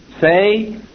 Say